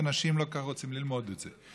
ואנשים לא כל כך רוצים ללמוד את זה.